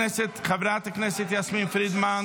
אתה לא אמור להיות במליאה.